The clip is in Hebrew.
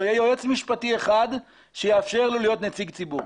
לא יהיה יועץ משפטי אחד שיאפשר לו להיות נציג ציבור.